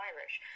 Irish